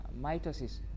mitosis